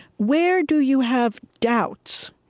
where do you have doubts?